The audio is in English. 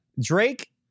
Drake